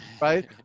right